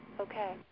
Okay